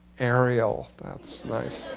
ariel. that's nice.